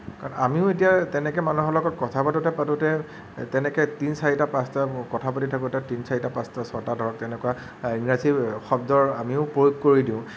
কাৰণ আমিও এতিয়া তেনেকে মানুহৰ লগত কথা পাতোতে পাতোতে তেনেকে তিনি চাৰি পাঁচটা কথা পাতি থাকোঁতে তিনি চাৰিটা পাঁচটা ছয়টা ধৰক তেনেকুৱা ইংৰাজীৰ শব্দৰ আমিও প্ৰয়োগ কৰি দিওঁ